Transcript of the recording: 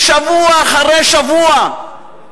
שבוע אחרי שבוע,